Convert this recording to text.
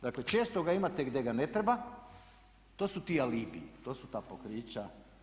Dakle, često ga imate gdje ga ne treba, to su ti alibiji, to su ta pokrića.